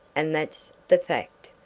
and that's the fact.